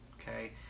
Okay